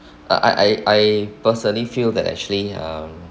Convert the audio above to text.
uh I I I personally feel that actually um